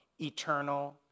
eternal